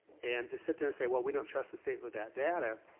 and to sit there and say, well, we don't trust the state with that data,